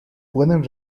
pueden